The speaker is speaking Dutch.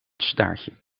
staartje